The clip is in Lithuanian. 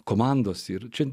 komandos ir čia